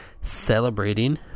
Celebrating